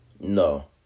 No